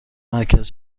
مرکز